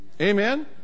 Amen